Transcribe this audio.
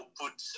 put